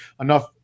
enough